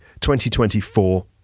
2024